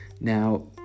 Now